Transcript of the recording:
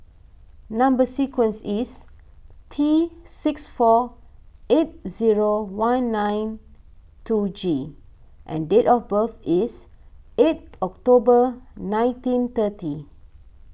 Number Sequence is T six four eight zero one nine two G and date of birth is eight October nineteen thirty